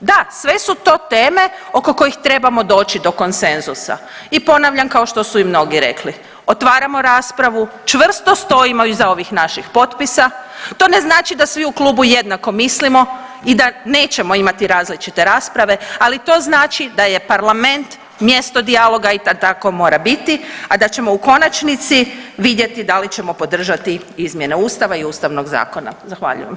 da sve su to teme oko kojih trebamo doći do konsenzusa i ponavljam kao što su i mnogi rekli, otvaramo raspravu, čvrsto stojimo iza ovih naših potpisa, to ne znači da svi u klubu jednako mislimo i da nećemo imati različite rasprave, ali to znači da je parlament mjesto dijaloga i da tako mora biti, a da ćemo u konačnici vidjeti da li ćemo podržati izmjene ustava i Ustavnog zakona, zahvaljujem.